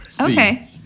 Okay